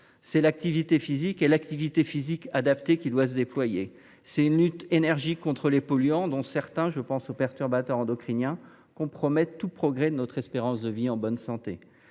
C’est l’activité physique et l’activité physique adaptée qui doivent se déployer. C’est une lutte énergique contre les polluants, dont certains – je pense aux perturbateurs endocriniens – compromettent tout progrès de notre espérance de vie en bonne santé.